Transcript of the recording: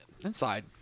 inside